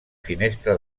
finestra